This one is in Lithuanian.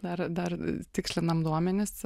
dar dar tikslinam duomenis